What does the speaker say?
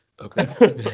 Okay